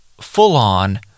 full-on